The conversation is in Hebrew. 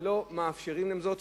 ולא מאפשרים להם זאת.